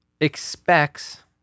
expects